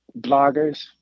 bloggers